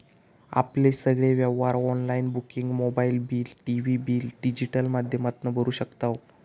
आपले सगळे व्यवहार online booking mobile bill, TV bill digital माध्यमातना भरू शकताव